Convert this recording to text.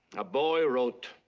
a boy wrote,